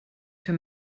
für